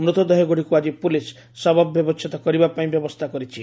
ମୃତ ଦେହଗୁଡ଼ିକୁ ଆକି ପୁଲିସ ଶବ ବ୍ୟବଛେଦ କରିବା ପାଇଁ ବ୍ୟବସ୍କା କରିଛି